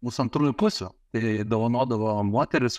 mūsų antrųjų pusių tai dovanodavo moteris